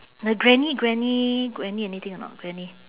the granny granny granny anything or not granny